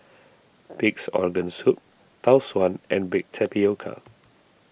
Pig's Organ Soup Tau Suan and Baked Tapioca